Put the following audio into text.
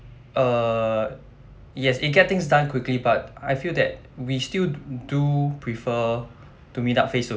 err yes it get things done quickly but I feel that we still do prefer to meet up face to face